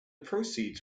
proceeds